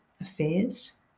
affairs